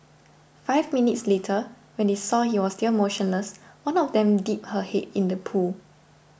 five minutes later when they saw he was still motionless one of them dipped her in the pool